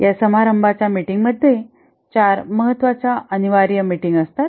या समारंभांच्या मीटिंग मध्ये ४ महत्त्वाच्या अनिवार्य मीटिंग असतात